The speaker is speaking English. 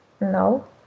No